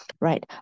right